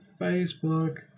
Facebook